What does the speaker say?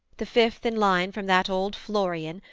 the fifth in line from that old florian,